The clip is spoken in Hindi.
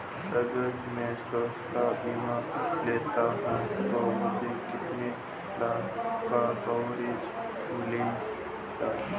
अगर मैं स्वास्थ्य बीमा लेता हूं तो मुझे कितने लाख का कवरेज मिलेगा?